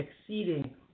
exceeding